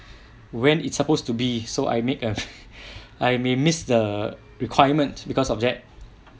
when it's supposed to be so I made a I may miss the requirement because of that